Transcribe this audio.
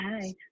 Hi